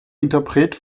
interpret